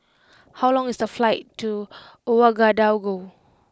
how long is the flight to Ouagadougou